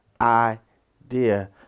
idea